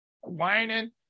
whining